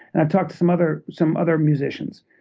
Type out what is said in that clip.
and i've talked to some other some other musicians.